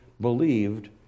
believed